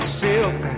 silk